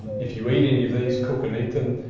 if you eat any of these, cook and eat them,